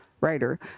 writer